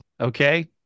okay